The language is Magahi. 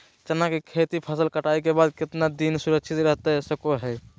चना की फसल कटाई के बाद कितना दिन सुरक्षित रहतई सको हय?